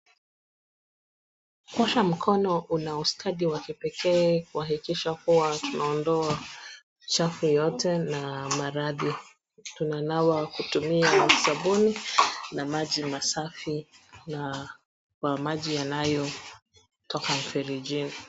Kuosha mkono una ustadi wa kipekee kuhakikisha kuwa tunaondoa uchafu yote na maradhi. Tunanawa kutumia maji masafi yanayotoka mferejini.